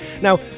Now